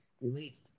released